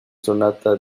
sonata